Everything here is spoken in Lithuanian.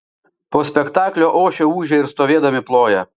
po spektaklio ošia ūžia ir stovėdami ploja